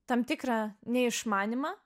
tam tikrą neišmanymą